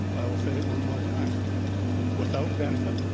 i will say it one more time without benefit,